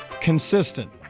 consistent